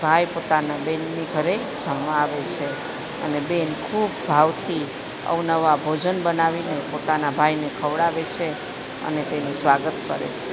ભાઈ પોતાના બેનની ઘરે જમવા આવે છે અને બેન ખૂબ ભાવથી અવનવા ભોજન બનાવીને પોતાના ભાઈને ખવડાવે છે અને તેનું સ્વાગત કરે છે